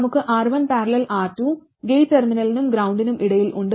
നമുക്ക് R1 || R 2 gate ടെർമിനലിനും ഗ്രൌണ്ടിനും ഇടയിൽ ഉണ്ട്